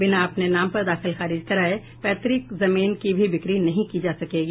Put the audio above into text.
बिना अपने नाम पर दाखिल खारिज कराये पैतक जमीन की भी बिक्री नहीं की जा सकेगी